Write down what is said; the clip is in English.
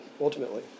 ultimately